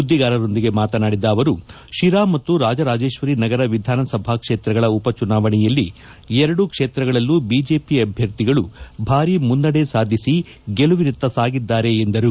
ಸುದ್ದಿಗಾರರೊಂದಿಗೆ ಮಾತನಾಡಿದ ಅವರು ಶಿರಾ ಮತ್ತು ರಾಜರಾಜೇಶ್ವರಿ ನಗರ ವಿಧಾನಸಭಾ ಕ್ಷೇತ್ರಗಳ ಉಪಚುನಾವಣೆಯಲ್ಲಿ ಎರಡೂ ಕ್ಷೇತ್ರಗಳಲ್ಲೂ ಬಿಜೆಪಿ ಅಭ್ಯರ್ಥಿಗಳು ಭಾರೀ ಮುನ್ನಡೆ ಸಾಧಿಸಿ ಗೆಲುವಿನತ್ತ ಸಾಗಿದ್ದಾರೆ ಎಂದರು